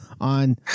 on